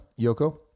Yoko